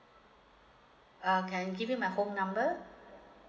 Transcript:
uh can I give you my home number